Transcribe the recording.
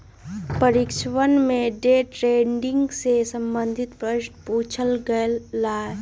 परीक्षवा में day trading से संबंधित प्रश्न पूछल गय लय